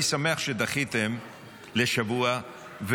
אני שמח שדחיתם לשבוע,